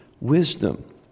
wisdom